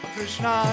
Krishna